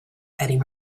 eddie